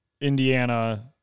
Indiana